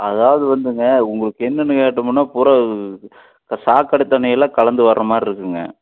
அதாவது வந்துங்க உங்களுக்கு என்னென்னு கேட்டோம்னால் பூராக சாக்கடை தண்ணி எல்லாம் கலந்து வர்ற மாதிரி இருக்குதுங்க